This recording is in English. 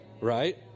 right